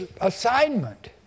assignment